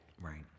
Right